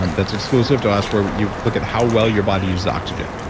um that's exclusive to us where you look at how well your body uses oxygen.